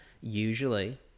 Usually